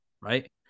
right